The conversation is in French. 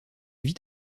vit